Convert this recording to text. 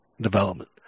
development